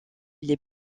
les